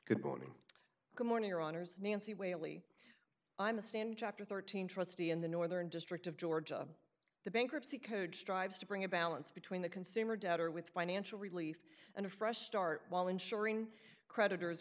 good morning your honour's nancy wally i'm a stand chapter thirteen trustee in the northern district of georgia the bankruptcy code strives to bring a balance between the consumer debt or with financial relief and a fresh start while ensuring creditors